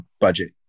budget